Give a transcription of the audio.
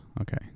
okay